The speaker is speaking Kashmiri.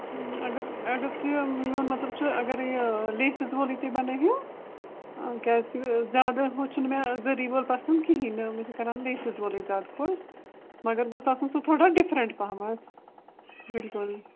اگر اگر کہِ میون مطلب چھُ اگر یہِ لیسٕز وولُے تُہۍ بنٲیہیوٗ کیٛازکہِ زیادٕ ہُہ چھُنہٕ مےٚ زٔری وول پَسَنٛد کِہیٖنۍ نہٕ مےٚ چھِ کران لیسٕز وولٕے زیادٕ خوش مگر گوٚژھ آسُن سُہ تھوڑا ڈِفرنٛٹ پہمَتھ بلکُل